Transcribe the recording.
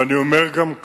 ואני אומר גם כאן: